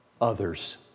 others